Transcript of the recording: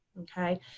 Okay